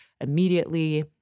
immediately